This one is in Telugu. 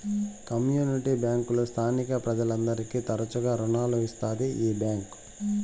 కమ్యూనిటీ బ్యాంకులు స్థానిక ప్రజలందరికీ తరచుగా రుణాలు ఇత్తాది ఈ బ్యాంక్